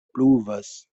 pluvas